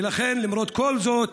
ולכן, למרות כל זאת